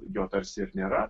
jo tarsi ir nėra